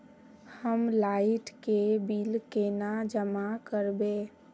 हम लाइट के बिल केना जमा करबे?